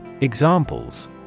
Examples